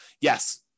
yes